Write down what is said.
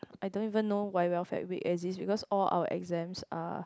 I don't even know why welfare week exist because all our exams are